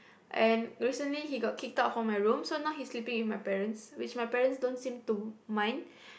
and recently he got kicked out from my room so now he's sleeping with my parents which my parents don't seem to mind